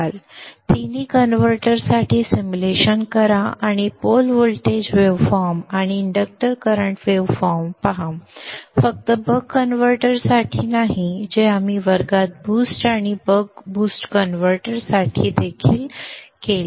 तिन्ही कन्व्हर्टरसाठी सिम्युलेशन करा आणि पोल व्होल्टेज वेव्हफॉर्म आणि इंडक्टर करंट वेव्हफॉर्म पहा फक्त बक कन्व्हर्टरसाठी नाही जे आपण वर्गात बूस्ट आणि बक बूस्ट कन्व्हर्टरसाठी देखील केले